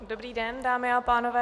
Dobrý den, dámy a pánové.